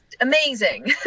amazing